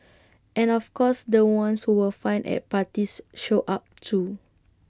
and of course the ones who were fun at parties showed up too